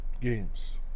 games